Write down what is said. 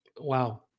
Wow